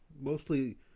Mostly